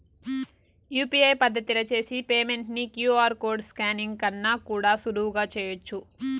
UPI పద్దతిల చేసి payment ని క్యూ.ఆర్ కోడ్ స్కానింగ్ కన్నా కూడా సులువుగా చేయచ్చు